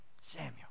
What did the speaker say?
Samuel